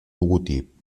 logotip